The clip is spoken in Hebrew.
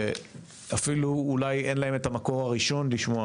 שאפילו אולי אין להם את המקור הראשון לשמוע